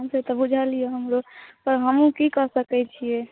से तऽ बुझलिऐ हमरहुँ लेकिन हमहुँ की सकए छिऐ